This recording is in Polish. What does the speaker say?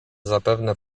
zapewne